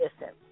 listen